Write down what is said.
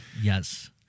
Yes